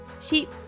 sheep